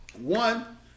one